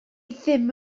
ddim